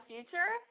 Future